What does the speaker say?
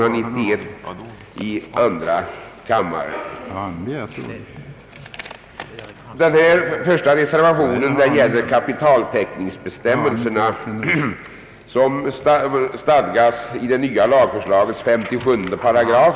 Propositionen innehåller också förslag till ändrade rörelseregler som syftar till att effektivisera bankinstitutens verksamhet.